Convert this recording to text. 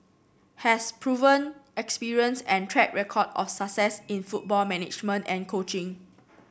has proven experience and track record of success in football management and coaching